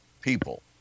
people